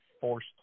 forced